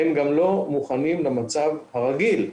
הם גם לא מוכנים למצב הרגיל,